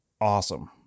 awesome